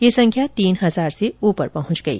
ये संख्या तीन हजार से ऊपर पहुंच गई